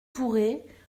tourret